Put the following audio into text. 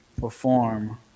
perform